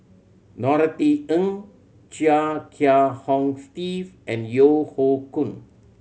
Norothy Ng Chia Kiah Hong Steve and Yeo Hoe Koon